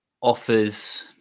offers